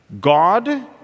God